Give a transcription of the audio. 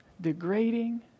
degrading